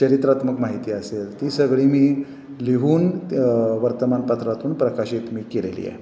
चरित्रात्मक माहिती असेल ती सगळी मी लिहून वर्तमानपत्रातून प्रकाशित मी केलेली आहे